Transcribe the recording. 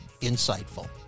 Insightful